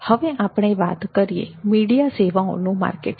હવે આપણે વાત કરીએ મીડિયા સેવાઓનું માર્કેટિંગ